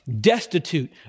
destitute